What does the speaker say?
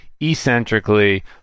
eccentrically